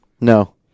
No